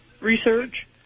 research